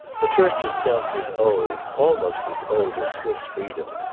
the church itself was old almost as old as swiss freedom,